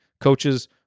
coaches